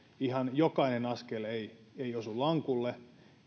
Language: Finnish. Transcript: ihan jokainen askel ei osu lankulle